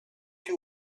you